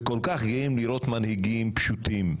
וכל כך גאים לראות מנהיגים פשוטים.